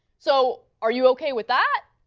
so are you okay with that?